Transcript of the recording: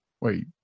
wait